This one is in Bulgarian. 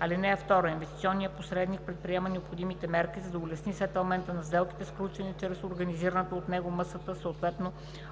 (2) Инвестиционният посредник предприема необходимите мерки, за да улесни сетълмента на сделките, сключени чрез организираната от него МСТ, съответно OCT.“